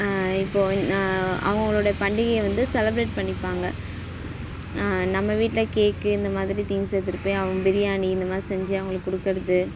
இப்போ அவங்களோட பண்டிகைய வந்து செலப்ரேட் பண்ணிப்பாங்க நம்ம வீட்டில் கேக்கு இந்த மாதிரி திங்ஸ் எடுத்துட்டு போய் அவங்க பிரியாணி இந்த மாதிரி செஞ்சு அவங்களுக்கு கொடுக்குறது